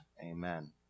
Amen